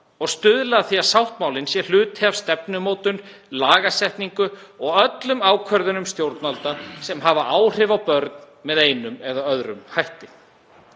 og stuðla að því að sáttmálinn sé hluti af stefnumótun, lagasetningu og öllum ákvörðunum stjórnvalda sem hafa áhrif á börn með einum eða öðrum hætti.